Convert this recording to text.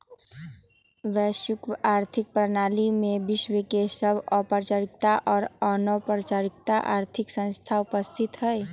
वैश्विक आर्थिक प्रणाली में विश्व के सभ औपचारिक आऽ अनौपचारिक आर्थिक संस्थान उपस्थित हइ